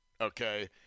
okay